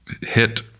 hit